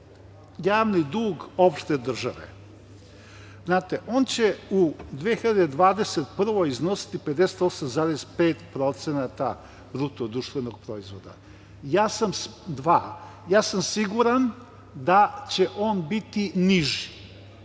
javni dug opšte države. Znate, on će u 2021. godini iznositi 58,5% bruto-društvenog proizvoda. Ja sam siguran da će on biti niži.